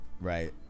right